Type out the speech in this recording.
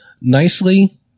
nicely